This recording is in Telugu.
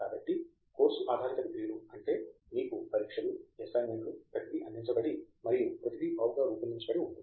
కాబట్టి కోర్సు ఆధారిత డిగ్రీలు అంటే మీకు పరీక్షలు అసైన్మెంట్లు ప్రతిదీ అందించబడి మరియు ప్రతిదీ బాగా రూపొందించబడి ఉంటుంది